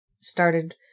started